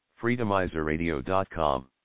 Freedomizerradio.com